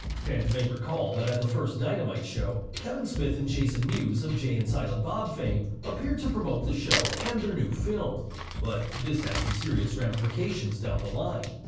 fans may recall that at the first dynamite show, kevin smith and jason mewes of jay and silent bob fame appeared to promote the show and their new film but that this had some serious ramifications down the line.